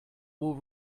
will